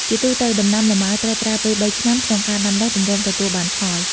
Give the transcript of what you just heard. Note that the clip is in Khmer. ជាទូទៅ ដំណាំលម៉ើ ត្រូវប្រើពេល៣ឆ្នាំ ក្នុងការដាំដុះ ទម្រាំទទួលបានផល។